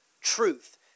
truth